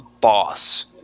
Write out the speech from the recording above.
boss